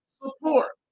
support